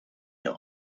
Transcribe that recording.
ond